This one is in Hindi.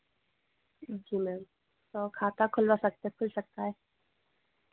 जी मैम तो खाता खुलवा सकते खुल सकता है